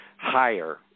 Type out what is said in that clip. higher